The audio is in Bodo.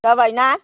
जाबायना